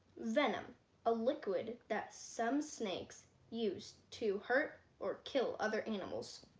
venom a liquid that some snakes use to hurt or kill other animals